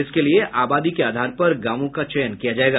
इसके लिए आबादी के आधार पर गांवों का चयन किया जायेगा